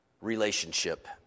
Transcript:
relationship